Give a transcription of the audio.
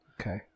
Okay